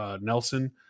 Nelson